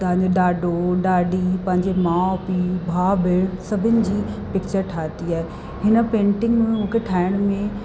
असांजो ॾाॾो ॾाॾी पंहिंजो माउ पीउ भाउ भेण सभिनि जी पिकिचरु ठाती आहे हिन पेंटिंग में मूंखे ठाहिण में